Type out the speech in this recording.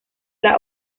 las